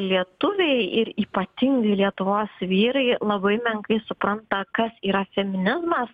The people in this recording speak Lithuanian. lietuviai ir ypatingai lietuvos vyrai labai menkai supranta kas yra feminizmas